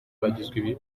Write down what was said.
bagizwe